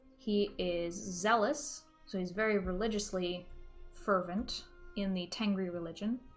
he is zealous so he's very religiously fervent in the tengri religion